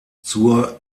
zur